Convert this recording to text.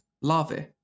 larvae